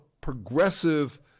progressive